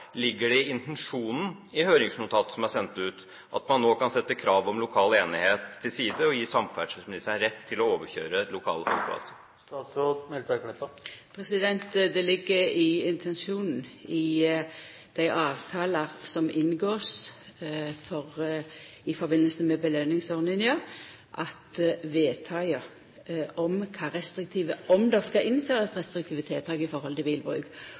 Ligger det i intensjonen i høringsnotatet som er sendt ut, at man nå kan sette kravet om lokal enighet til side og gi samferdselsministeren rett til å overkjøre lokale folkevalgte? Det ligg i intensjonen i dei avtalar som ein inngår i samband med belønningsordninga, at vedtaket om det skal innførast restriktive tiltak i forhold til bilbruk